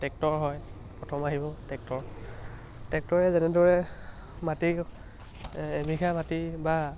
tractor হয় প্ৰথম আহিব টেক্টৰ ট্ৰেক্টৰে যেনেদৰে মাটি এবিঘা মাটি বা